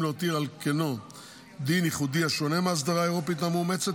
להותיר על כנו דין ייחודי השונה מהאסדרה האירופית המאומצת,